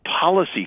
policy